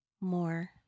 more